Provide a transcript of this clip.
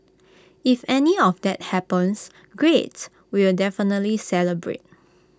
if any of that happens great we will definitely celebrate